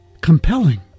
compelling